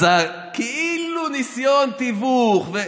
אז כאילו ניסיון תיווך.